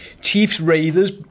Chiefs-Raiders